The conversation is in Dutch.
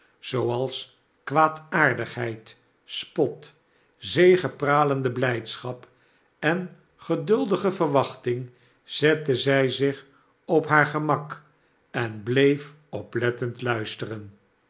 zooals kwaadaardigheid spot zegepralende blijdschap en geduldige verwachting zette zij zich op haar gemak en bleef oplettend luisteren